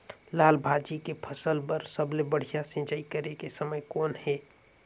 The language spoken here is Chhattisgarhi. लाल भाजी के फसल बर सबले बढ़िया सिंचाई करे के समय कौन हे?